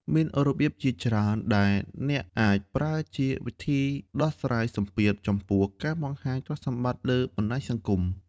មានរបៀបជាច្រើនដែលអ្នកអាចប្រើជាវិធីដោះស្រាយសម្ពាធចំពោះការបង្ហាញទ្រព្យសម្បត្តិលើបណ្តាញសង្គម។